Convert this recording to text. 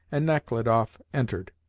and nechludoff entered.